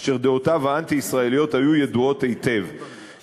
אשר דעותיו האנטי-ישראליות היו ידועות היטב.